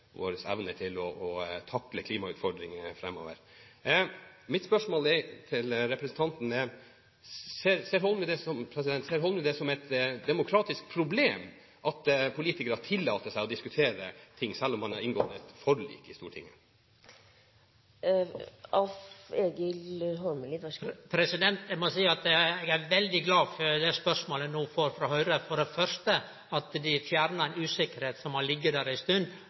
vår evne til å takle klimautfordringene framover. Mitt spørsmål til representanten er: Ser Holmelid det som et demokratisk problem at politikere tillater seg å diskutere ting, selv om man har inngått et forlik i Stortinget? Eg må seie eg er veldig glad for det spørsmålet eg no får frå Høgre. For det første fjernar dei ei usikkerheit som har lege der ei stund,